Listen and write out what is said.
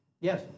yes